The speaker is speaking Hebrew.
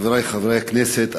חברי חברי הכנסת,